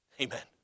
Amen